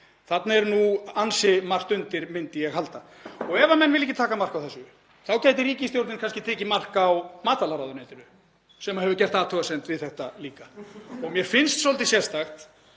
Þarna er nú ansi margt undir, myndi ég halda. Ef menn vilja ekki taka mark á þessu þá gæti ríkisstjórnin kannski tekið mark á matvælaráðuneytinu sem hefur gert athugasemd við þetta líka. [Hlátur í þingsal.] Mér finnst svolítið sérstakt